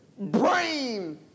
brain